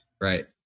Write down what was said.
Right